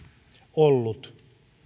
ollut